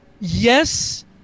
Yes